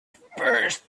first